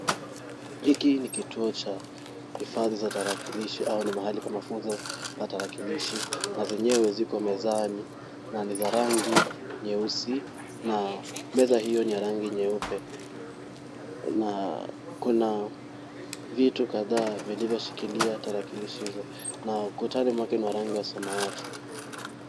Hiki ni kituo cha vifaa vya tarakilishi ama ni mahali pa mafunzo ya tarakilishi na zenyewe ziko mezani na ni za rangi nyeusi na meza hiyo ni ya rangi nyeupe na kuna vitu kadhaa vilivyoshikilia tarakilishi hizo na ukutani mwake ni wa rangi ya samawati.